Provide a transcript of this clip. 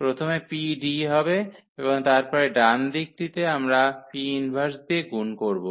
প্রথমে PD হবে এবং তারপরে ডান দিকটিতে আমরা 𝑃−1 দিয়ে গুন করব